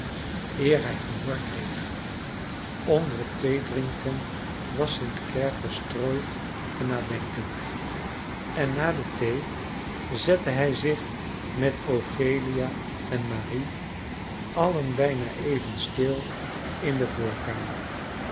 eer hij gehoor kreeg onder het theedrinken was st clare verstrooid en nadenkend en na de thee zette hij zich met ophelia en marie allen bijna even stil in de voorkamer